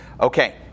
Okay